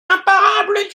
imparables